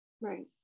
right